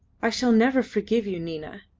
i shall never forgive you, nina,